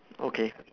okay